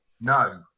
no